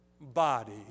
body